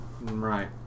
Right